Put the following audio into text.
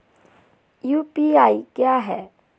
UPI क्या है?